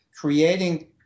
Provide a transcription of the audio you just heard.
creating